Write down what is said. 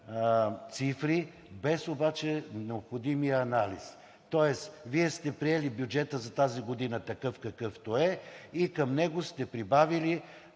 цифри, без обаче необходимия анализ. Тоест Вие сте приели бюджета за тази година такъв, какъвто е, и към него сте прибавили